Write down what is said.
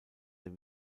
der